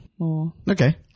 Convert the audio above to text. okay